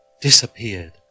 disappeared